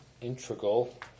integral